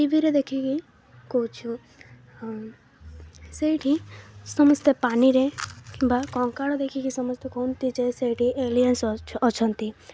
ଟିଭିରେ ଦେଖିକି କହୁଛୁ ସେଇଠି ସମସ୍ତେ ପାଣିରେ ବା କଙ୍କାଳ ଦେଖିକି ସମସ୍ତେ କୁହନ୍ତି ଯେ ସେଇଠି ଏଲିଏନ୍ସ ଅଛନ୍ତି